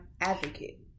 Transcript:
advocate